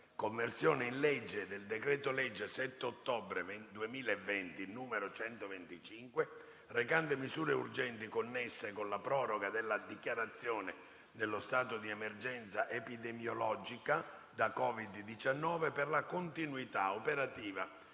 «Conversione in legge del decreto-legge 7 ottobre 2020, n. 125, recante misure urgenti connesse con la proroga della dichiarazione dello stato di emergenza epidemiologica da COVID-19 e per la continuità operativa